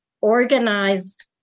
organized